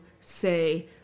say